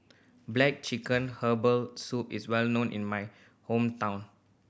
black chicken herbal soup is well known in my hometown